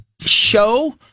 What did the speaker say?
show